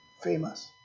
famous